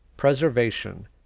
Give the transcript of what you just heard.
preservation